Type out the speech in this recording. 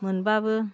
मोनबाबो